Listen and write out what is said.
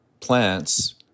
plants